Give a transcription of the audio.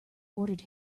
ordered